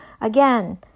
again